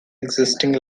existing